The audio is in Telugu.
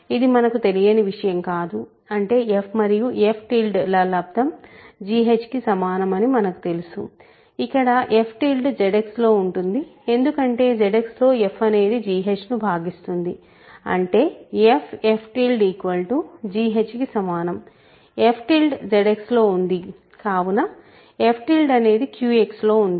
ఇది మనకు తెలియని విషయం కాదు అంటే f మరియు f ̃ ల లబ్దం gh కి సమానం అని మనకు తెలుసు ఇక్కడ f ̃ ZX లో ఉంటుంది ఎందుకంటే ZX లో f అనేది gh ను భాగిస్తుంది అంటే f f ̃ gh కి సమానం f ̃ ZX లో ఉంది కావున f ̃ అనేది QX లో ఉంది